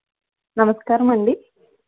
నమస్కారంమండి